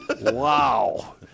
Wow